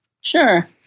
Sure